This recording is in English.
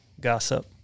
gossip